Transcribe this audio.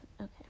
okay